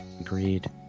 agreed